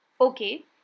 Okay